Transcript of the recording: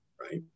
right